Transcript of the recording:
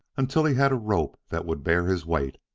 until he had a rope that would bear his weight.